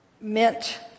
meant